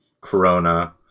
corona